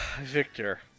Victor